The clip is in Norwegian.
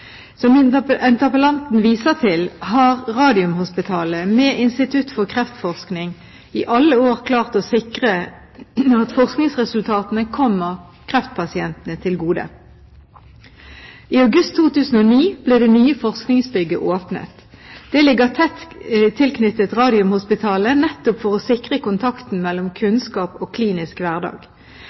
Som interpellanten viser til, har Radiumhospitalet, med Institutt for kreftforskning, i alle år klart å sikre at forskningsresultatene kommer kreftpasientene til gode. I august 2009 ble det nye forskningsbygget åpnet. Det ligger tett tilknyttet Radiumhospitalet, nettopp for å sikre kontakten mellom kunnskap og klinisk hverdag.